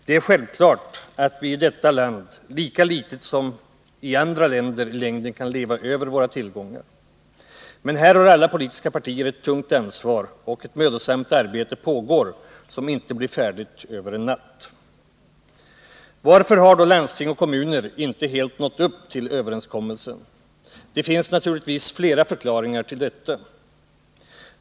Det är självklart att vi i detta land, lika litet som andra länder, i längden inte kan leva över våra tillgångar. Men här har alla politiska partier ett tungt ansvar, och ett mödosamt arbete pågår som inte blir färdigt över en natt. Varför har då landsting och kommuner inte helt nått upp till överenskommelsen? Det finns naturligtvis flera förklaringar till detta.